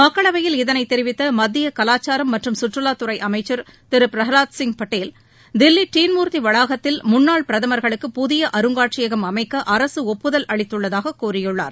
மக்களவையில் இதனைத் தெரிவித்த மத்திய கலாச்சாரம் மற்றம் சுற்றுவாத்துறை அமைச்சர் திரு பிரகலாத் சிங் பட்டேல் தில்லி தீன்மூர்த்தி வளாகத்தில் முன்னாள் பிரதமர்களுக்கு புதிய அருங்காட்சியகம் அமைக்க அரசு ஒப்புதல் அளித்துள்ளதாகக் கூறியுள்ளார்